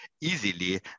easily